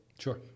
Sure